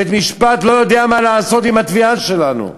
בית-משפט לא יודע מה לעשות עם התביעה שלנו.